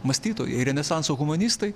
mąstytojai renesanso humanistai